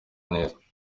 neza